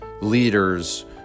leaders